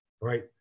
right